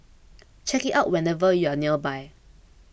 check it out whenever you are nearby